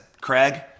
Craig